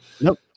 nope